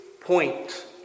point